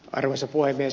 arvoisa puhemies